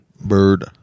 Bird